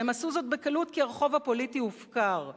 והם עשו זאת בקלות כי הרחוב הפוליטי הופקר,